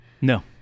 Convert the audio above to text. No